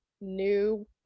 new